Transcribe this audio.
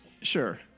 Sure